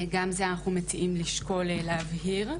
גם זה אנחנו מציעים לשקול להבהיר.